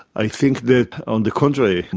i think that, on the contrary,